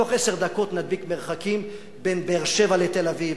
בתוך עשר דקות נדביק מרחקים בין באר-שבע לתל-אביב,